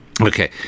Okay